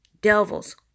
devils